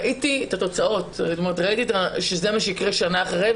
ראיתי את התוצאות, שזה מה שיקרה שנה אחרי.